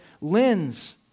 lens